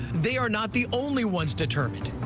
they are not the only ones determined.